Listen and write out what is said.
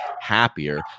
happier